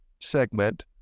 segment